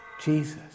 Jesus